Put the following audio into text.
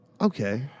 Okay